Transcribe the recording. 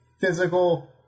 physical